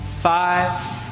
five